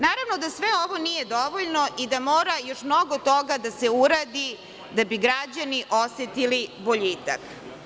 Naravno, da ovo nije dovoljno i da mora još mnogo toga da se uradi da bi građani osetili boljitak.